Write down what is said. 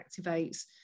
activates